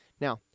Now